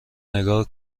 نگار